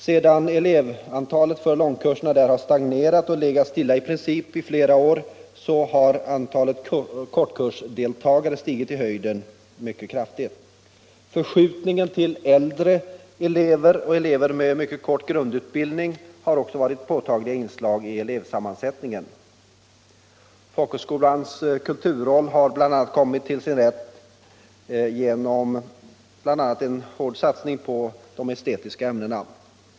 Sedan elevantalet för långkurserna stagnerat och i princip legat stilla i flera år har antalet kortkursdeltagare stigit mycket kraftigt. Förskjutningar till äldre elever och elever med kort grundutbildning har också varit påtagliga inslag i elevsammansättningen. Folkhögskolans kulturroll har bl.a. kommit till sin rätt genom satsning på de estetiska ämnena.